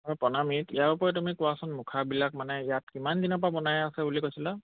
হয় প্ৰণামী ইয়াৰ উপৰি তুমি কোৱাচোন মুখাবিলাক মানে ইয়াত কিমান দিনৰ পৰা বনাই আছে বুলি কৈছিলা